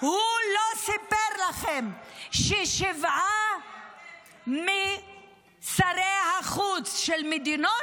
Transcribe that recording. הוא לא סיפר לכם ששבעה משרי החוץ של מדינות